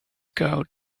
code